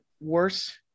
worse